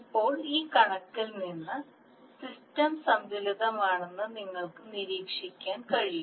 ഇപ്പോൾ ഈ കണക്കിൽ നിന്ന് സിസ്റ്റം സന്തുലിതമാണെന്ന് നിങ്ങൾക്ക് നിരീക്ഷിക്കാൻ കഴിയും